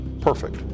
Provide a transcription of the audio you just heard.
perfect